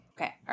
Okay